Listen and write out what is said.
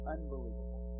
Unbelievable